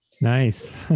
Nice